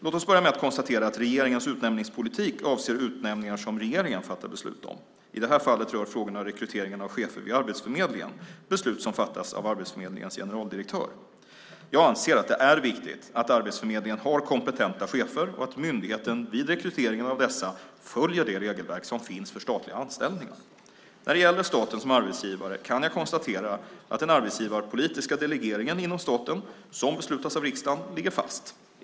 Låt oss börja med att konstatera att regeringens utnämningspolitik avser utnämningar som regeringen fattar beslut om. I det här fallet rör frågorna rekryteringen av chefer vid Arbetsförmedlingen, beslut som fattas av Arbetsförmedlingens generaldirektör. Jag anser att det är viktigt att Arbetsförmedlingen har kompetenta chefer och att myndigheten vid rekryteringen av dessa följer det regelverk som finns för statliga anställningar. När det gäller staten som arbetsgivare kan jag konstatera att den arbetsgivarpolitiska delegeringen inom staten - som beslutats av riksdagen - ligger fast.